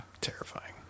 terrifying